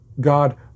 God